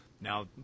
Now